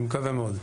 אני מקווה מאוד.